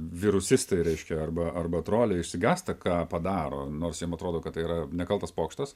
virusistai reiškia arba arba troliai išsigąsta ką padaro nors jiem atrodo kad tai yra nekaltas pokštas